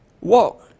Walk